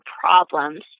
problems